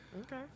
Okay